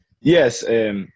Yes